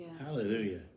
Hallelujah